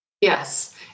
Yes